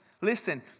Listen